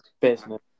business